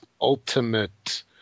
Ultimate